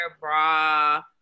bra